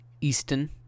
Easton